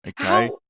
Okay